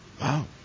Wow